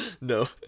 No